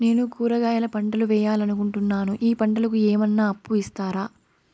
నేను కూరగాయల పంటలు వేయాలనుకుంటున్నాను, ఈ పంటలకు ఏమన్నా అప్పు ఇస్తారా?